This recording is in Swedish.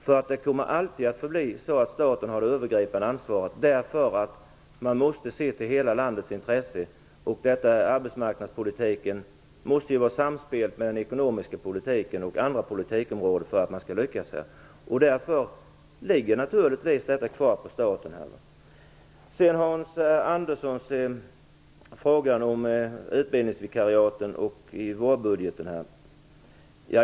Staten kommer alltid att ha det övergripande ansvaret, eftersom man måste se till hela landets intresse. Arbetsmarknadspolitiken måste vara samspelt med den ekonomiska politiken och andra politikområden för att man skall lyckas. Därför ligger naturligtvis ansvaret kvar på staten. Hans Andersson frågar om utbildningsvikariaten och förslagen i vårbudgeten.